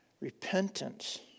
Repentance